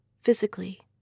physically